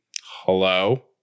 Hello